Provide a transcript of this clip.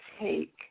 take